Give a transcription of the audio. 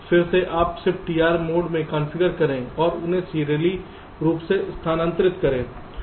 फिर से आप ShiftDR मोड में कॉन्फ़िगर करें और उन्हें सीरियली रूप से स्थानांतरित करें